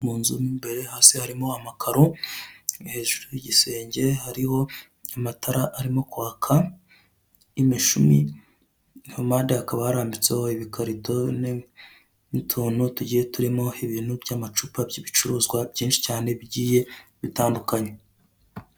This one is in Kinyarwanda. Munzu mo imbere, hasi harimo amakaro, hejuru y'igisenge hariho amatara arimo kwaka, imishumi, mumpande hakaba harambutseho ibikarito n'utuntu tugiye turimo ibintu by'amacupa by'ibicuruzwa byinshi cyane bigiye bitandukanye.